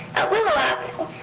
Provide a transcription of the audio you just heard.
at willow ave,